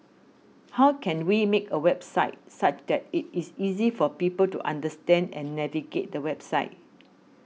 how can we make a website such that it is easy for people to understand and navigate the website